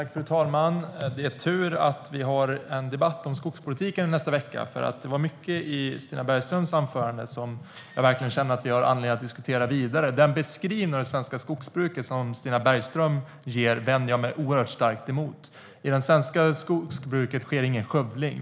Fru talman! Det är tur att vi har en debatt om skogspolitiken i nästa vecka. Det var mycket i Stina Bergströms anförande som jag verkligen känner att vi har anledning att diskutera vidare. Den beskrivning av det svenska skogsbruket som Stina Bergström ger vänder jag mig oerhört starkt emot. I det svenska skogsbruket sker ingen skövling.